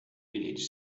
village